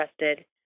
interested